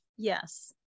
Yes